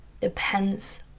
depends